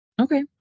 Okay